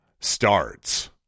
starts